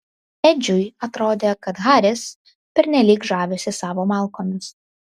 edžiui atrodė kad haris pernelyg žavisi savo malkomis